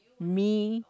me